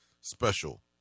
special